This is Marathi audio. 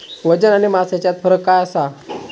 वजन आणि मास हेच्यात फरक काय आसा?